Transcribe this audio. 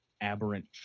aberrant